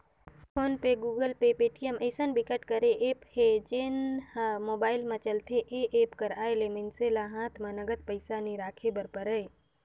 phone पे, Google Pay, Paytm अइसन बिकट कर ऐप हे जेन ह मोबाईल म चलथे ए एप्स कर आए ले मइनसे ल हात म नगद पइसा नइ राखे बर परय